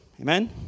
Amen